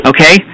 Okay